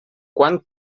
quant